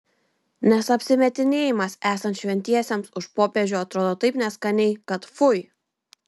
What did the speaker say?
nes apsimetinėjimas esant šventesniems už popiežių atrodo taip neskaniai kad fui